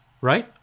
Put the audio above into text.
right